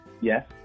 Yes